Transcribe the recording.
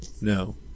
no